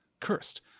cursed